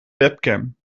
webcam